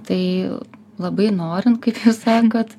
tai labai norint kaip sakot